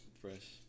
fresh